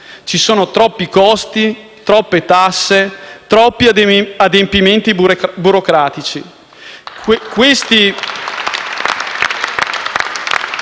Ci sono troppi costi, troppe tasse, troppi adempimenti burocratici.